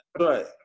right